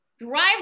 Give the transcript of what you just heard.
drive